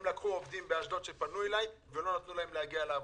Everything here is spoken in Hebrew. עובדים באשדוד שפנו אלי ולא נתנו להם להגיע לעבודה.